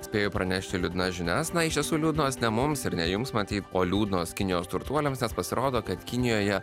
spėju pranešti liūdnas žinias na iš tiesų liūdnos ne mums ir ne jums matyt o liūdnos kinijos turtuoliams nes pasirodo kad kinijoje